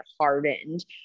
hardened